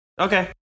Okay